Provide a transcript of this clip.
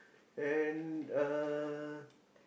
and uh